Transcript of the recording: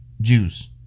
Jews